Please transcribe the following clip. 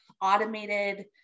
automated